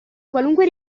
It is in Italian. qualunque